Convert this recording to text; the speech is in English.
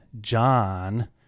John